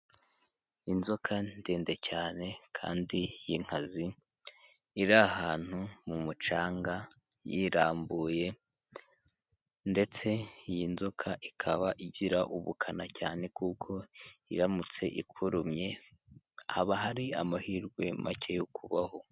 Inzoka ndende cyane kandi y'inkazi iri ahantu mu mucanga yirambuye ndetse iyi nzoka ikaba igira ubukana cyane kuko iramutse ikurumye haba hari amahirwe make yo kubaho.